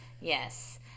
Yes